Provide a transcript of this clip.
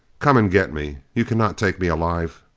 come and get me! you cannot take me alive!